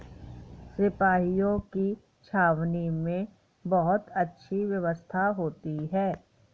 सिपाहियों की छावनी में बहुत अच्छी व्यवस्था होती है